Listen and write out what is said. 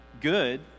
good